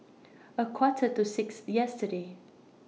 A Quarter to six yesterday